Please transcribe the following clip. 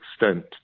extent